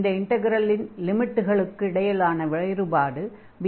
அந்த இன்டக்ரலின் லிமிட்களுக்கு இடையிலான வேறுபாடு b a